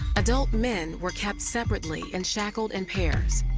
adult men were kept separately and shackled in pairs,